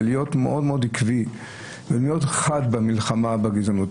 להיות מאוד מאוד עקבי ולהיות חד במלחמה בגזענות.